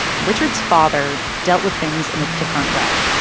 richard's father dealt with things in a different way.